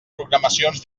programacions